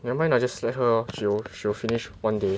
never mind lah just let her lor she will she will finish one day